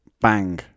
bang